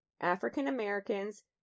African-Americans